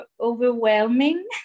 overwhelming